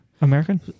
American